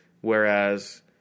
whereas